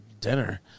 dinner